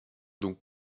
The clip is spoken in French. donc